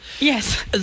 Yes